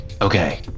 Okay